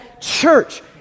church